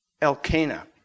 Elkanah